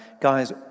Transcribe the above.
guys